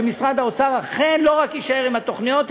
שמשרד האוצר לא רק יישאר עם התוכניות,